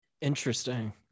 interesting